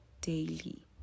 daily